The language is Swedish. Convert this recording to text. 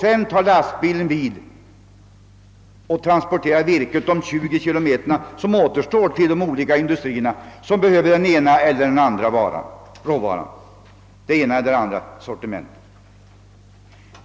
Sedan tar lastbilen vid och transporterar virket de 20 km som återstår till de olika industrier som behöver det ena eller andra sortimentet.